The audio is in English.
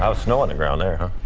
um snow on the ground there.